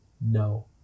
No